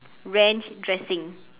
ranch dressing